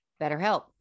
BetterHelp